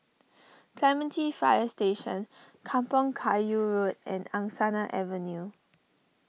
Clementi Fire Station Kampong Kayu Road and Angsana Avenue